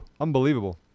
unbelievable